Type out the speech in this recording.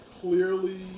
clearly